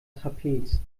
trapez